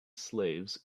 slaves